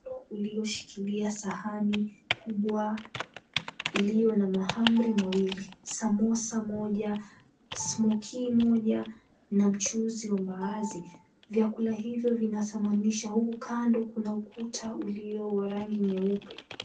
Ulioshikilia sahani kubwa iliyo na maamri mawili, samosa moja, smokie moja, na chuzi wa mbaazi. Vyakula hivo vinatamanisha. Huku kando kuna ukuta ulio wa rangi nyeupe.